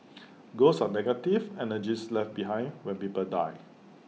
ghosts are negative energies left behind when people die